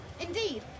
Indeed